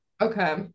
Okay